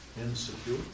Insecure